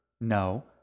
No